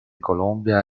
colombia